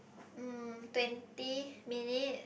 mm twenty minutes